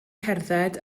cerdded